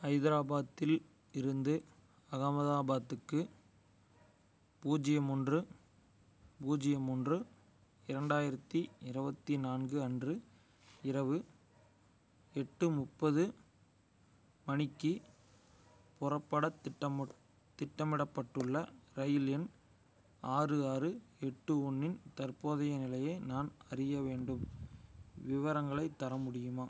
ஹைதராபாத்தில் இருந்து அகமதாபாத்துக்கு பூஜ்ஜியம் ஒன்று பூஜ்ஜியம் ஒன்று இரண்டாயிரத்தி இருபத்தி நான்கு அன்று இரவு எட்டு முப்பது மணிக்கி புறப்படத் திட்டமிட் திட்டமிடப்பட்டுள்ள ரயில் எண் ஆறு ஆறு எட்டு ஒன்றின் தற்போதைய நிலையை நான் அறிய வேண்டும் விவரங்களைத் தர முடியுமா